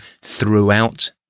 throughout